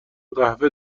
قهوه